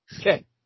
Okay